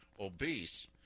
obese